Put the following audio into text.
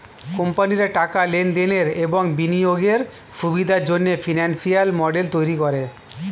কোম্পানিরা টাকার লেনদেনের এবং বিনিয়োগের সুবিধার জন্যে ফিনান্সিয়াল মডেল তৈরী করে